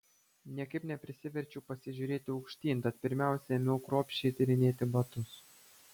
niekaip neprisiverčiau pasižiūrėti aukštyn tad pirmiausia ėmiau kruopščiai tyrinėti batus